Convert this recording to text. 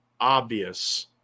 obvious